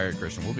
Christian